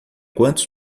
quantos